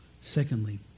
Secondly